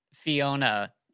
Fiona